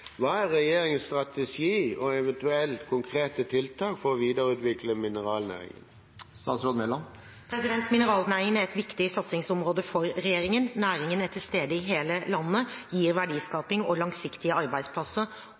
Hva er regjeringens strategi og eventuelle konkrete tiltak for å videreutvikle mineralnæringen?» Mineralnæringen er et viktig satsingsområde for regjeringen. Næringen er til stede i hele landet, gir verdiskaping og langsiktige arbeidsplasser,